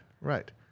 right